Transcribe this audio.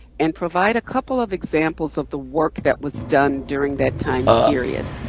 and provide a couple of examples of the work that was done during that time period.